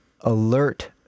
alert